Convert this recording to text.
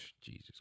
Jesus